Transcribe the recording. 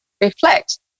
Reflect